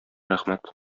рәхмәт